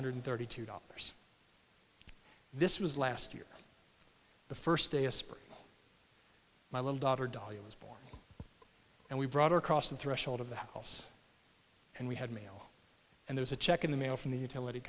hundred thirty two dollars this was last year the first day of spring my little daughter dalia was born and we brought her across the threshold of the house and we had mail and there's a check in the mail from the utility